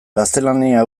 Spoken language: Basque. gaztelania